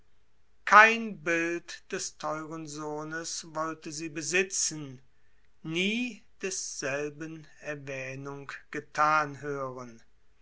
kein bild des theuern sohnes wollte sie besitzen nie desselben erwähnung gethan hören